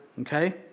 Okay